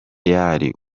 yari